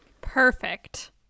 Perfect